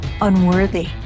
unworthy